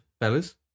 fellas